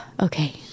okay